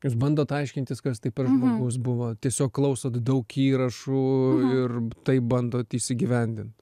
jūs bandot aiškintis kas tai per žmogus buvo tiesiog klausot daug įrašų ir taip bandot įsigyvendint